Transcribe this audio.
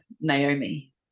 Naomi